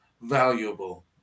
valuable